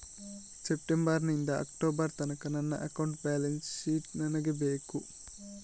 September ನಿಂದ October ತನಕ ನನ್ನ ಅಕೌಂಟ್ ಬ್ಯಾಲೆನ್ಸ್ ಶೀಟ್ ನನಗೆ ಬೇಕು